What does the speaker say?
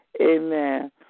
amen